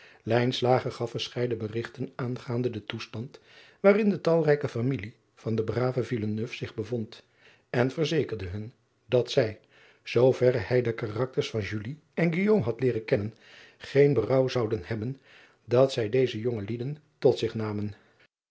gaf verscheiden berigten aangaande den toestand waarin de talrijke familie van den braven zich bevond en verzekerde hun dat zij zooverre hij de karakters van en had leeren kennen geen berouw zouden hebben dat zij deze jonge lieden tot zich namen